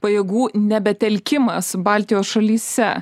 pajėgų nebetelkimas baltijos šalyse